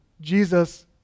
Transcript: Jesus